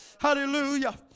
hallelujah